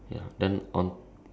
okay so